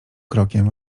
krokiem